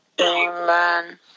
Amen